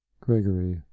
Gregory